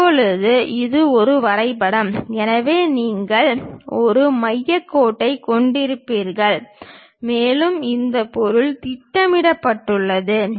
இப்போது இது ஒரு வரைபடம் எனவே நீங்கள் ஒரு மையக் கோட்டைக் கொண்டிருப்பீர்கள் மேலும் இந்த பொருள் திட்டமிடப்பட்டுள்ளது